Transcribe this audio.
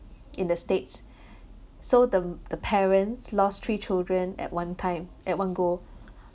in the states so the the parents lost three children at one time at one go